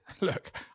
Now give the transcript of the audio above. Look